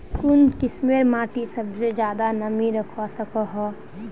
कुन किस्मेर माटी सबसे ज्यादा नमी रखवा सको हो?